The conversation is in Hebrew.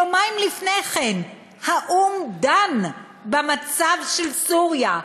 יומיים לפני כן האו"ם דן במצב של סוריה,